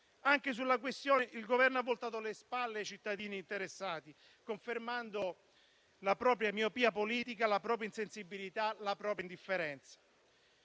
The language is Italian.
Anche sulla questione il Governo ha voltato le spalle ai cittadini interessati, confermando la propria miopia politica, la propria insensibilità e la propria indifferenza.